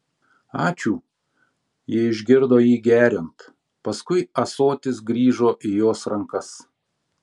ačiū ji išgirdo jį geriant paskui ąsotis grįžo įjos rankas